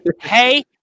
hey